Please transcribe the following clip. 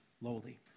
lowly